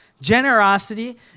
generosity